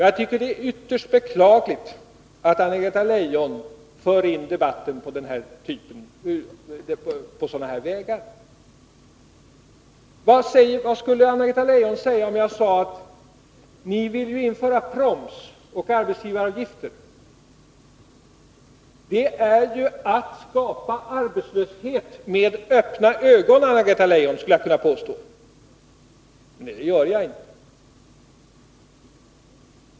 Jag tycker att det är ytterst beklagligt att Anna-Greta Leijon för in debatten på sådana här vägar. Vad skulle Anna-Greta Leijon säga, om jag påstod att när ni vill införa proms och arbetsgivaravgifter så är det att skapa arbetslöshet med öppna ögon? — Men det gör jag inte.